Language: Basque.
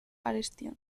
arestian